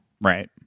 Right